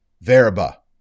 verba